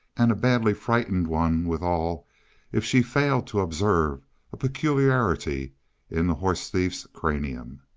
and a badly frightened one, withal, if she failed to observe a peculiarity in the horse thief's cranium.